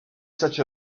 such